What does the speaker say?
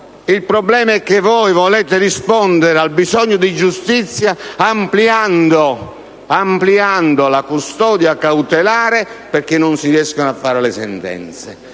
Il problema è che voi volete rispondere al bisogno di giustizia ampliando la custodia cautelare perché non si riescono a fare le sentenze.